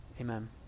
amen